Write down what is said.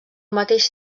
mateix